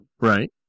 Right